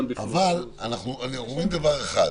אבל אנחנו אומרים דבר אחד.